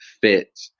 fit